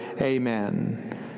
Amen